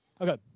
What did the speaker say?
Okay